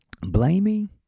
Blaming